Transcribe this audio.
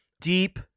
deep